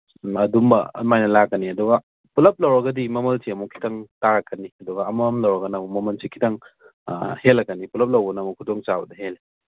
ꯎꯝ ꯑꯗꯨꯝꯕ ꯑꯗꯨꯃꯥꯏꯅ ꯂꯥꯛꯀꯅꯤ ꯑꯗꯨꯒ ꯄꯨꯂꯞ ꯂꯧꯔꯒꯗꯤ ꯃꯃꯜꯁꯦ ꯑꯃꯨꯛ ꯈꯤꯇꯪ ꯇꯥꯔꯛꯀꯅꯤ ꯑꯗꯨꯒ ꯑꯃꯃꯝ ꯂꯧꯔꯒꯅ ꯑꯃꯨꯛ ꯃꯃꯟꯁꯤ ꯈꯤꯇꯪ ꯍꯦꯜꯂꯛꯀꯅꯤ ꯄꯨꯂꯞ ꯂꯧꯕꯅ ꯑꯃꯨꯛ ꯈꯨꯗꯣꯡ ꯆꯥꯕꯗꯨ ꯍꯦꯜꯂꯤ